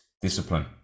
discipline